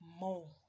more